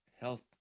health